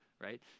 right